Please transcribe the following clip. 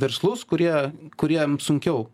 verslus kurie kuriem sunkiau